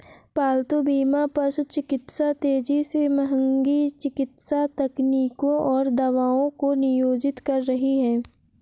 पालतू बीमा पशु चिकित्सा तेजी से महंगी चिकित्सा तकनीकों और दवाओं को नियोजित कर रही है